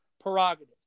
prerogative